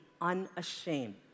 unashamed